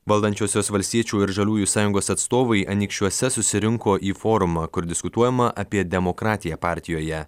valdančiosios valstiečių ir žaliųjų sąjungos atstovai anykščiuose susirinko į forumą kur diskutuojama apie demokratiją partijoje